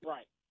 Right